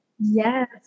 Yes